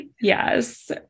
yes